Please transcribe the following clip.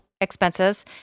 expenses